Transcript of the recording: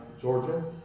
Georgia